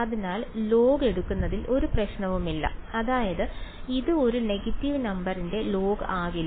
അതിനാൽ log എടുക്കുന്നതിൽ ഒരു പ്രശ്നവുമില്ല അതായത് ഇത് ഒരു നെഗറ്റീവ് നമ്പറിന്റെ log ആകില്ല